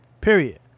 Period